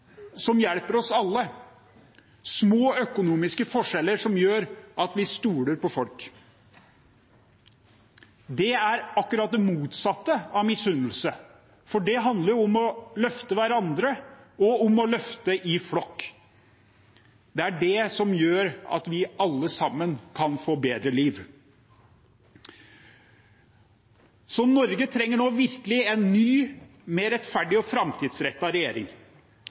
som hjelper oss alle, små økonomiske forskjeller som gjør at vi stoler på folk. Det er akkurat det motsatte av misunnelse, for det handler om å løfte hverandre og om å løfte i flokk. Det er det som gjør at vi alle sammen kan få et bedre liv. Norge trenger nå virkelig en ny, mer rettferdig og framtidsrettet regjering,